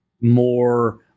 more